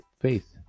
faith